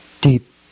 deep